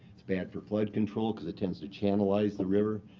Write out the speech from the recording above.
it's bad for flood control because it tends to channelise the river,